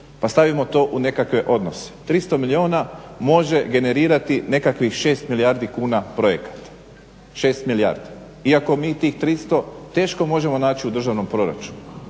pa stavimo to u nekakve odnose. 300 milijuna može generirati nekakvih 6 milijardi kuna projekata iako mi tih 300 teško možemo naći u državnom proračunu.